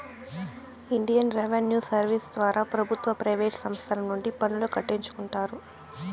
Indian revenue service ద్వారా ప్రభుత్వ private సంస్తల నుండి పన్నులు కట్టించుకుంటారు